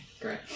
Great